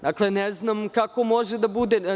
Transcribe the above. Dakle, ne znam kako može da bude?